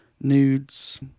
nudes